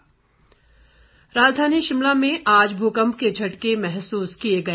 भुकम्प राजधानी शिमला में आज भूकंप के झटके महसूस किए गए